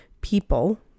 people